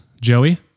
Joey